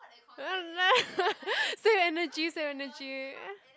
save energy save energy